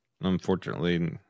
Unfortunately